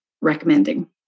recommending